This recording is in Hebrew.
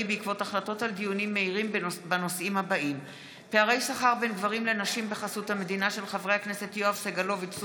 בעקבות דיון מהיר בהצעתם של חברי הכנסת יואב סגלוביץ',